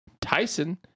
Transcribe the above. Tyson